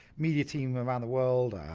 media team around the world,